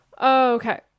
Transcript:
Okay